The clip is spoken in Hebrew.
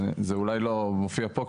זה אולי לא מופיע פה,